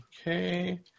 Okay